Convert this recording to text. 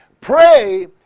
pray